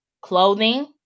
clothing